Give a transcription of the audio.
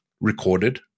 recorded